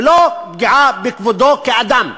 ולא פגיעה בכבודו כאדם.